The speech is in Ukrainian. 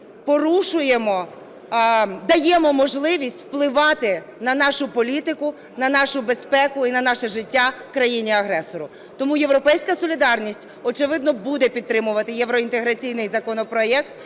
порушуємо… даємо можливість впливати на нашу політику, на нашу безпеку і наше життя в країні агресору. Тому "Європейська солідарність", очевидно, буде підтримувати євроінтеграційний законопроект,